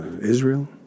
Israel